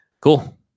Cool